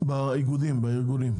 באיגודים ובארגונים?